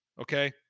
okay